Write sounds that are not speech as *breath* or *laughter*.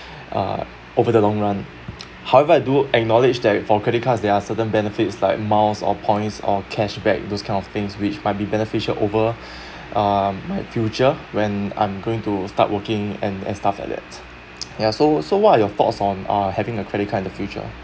uh over the long run *noise* however I do acknowledged that for credit cards there are certain benefits like miles or points or cash back those kind of things which might be beneficial over *breath* uh my future when I'm going to start working and and stuff like that *noise* yeah so so what are your thoughts on uh having a credit card in the future